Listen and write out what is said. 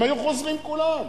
הם היו חוזרים כולם.